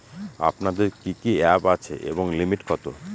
আপনাদের কি কি অ্যাপ আছে এবং লিমিট কত?